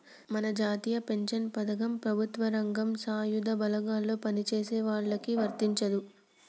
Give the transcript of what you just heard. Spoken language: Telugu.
మన జాతీయ పెన్షన్ పథకం ప్రభుత్వ రంగం సాయుధ బలగాల్లో పని చేసేటోళ్ళకి వర్తించదు